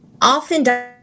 often